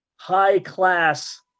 high-class